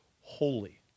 holy